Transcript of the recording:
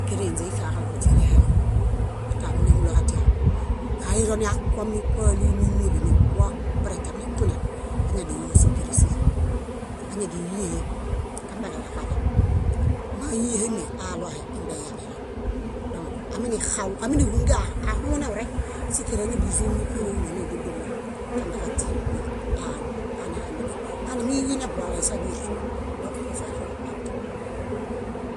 Íkereinźe ifiaġaɭo źilehexun mata ámiñahuloġatia, kaironiakuomi kóalimiimieḃi nikuoboretiam nikunen, añadiniyo síkerẽsihi. Áñidiyẽhe, kambehalaġareŋ. Máyẽhemi, aɭoheimbeyaḃireŋ. Aminixaw ámihungen ahuneurek, síkerẽañidizomiṗereulo nidudulo kambeġaźien mia- anehemedial. Hanimiyiyinebolaysa nírio. Dõk ifiaġaɭo axũẽ.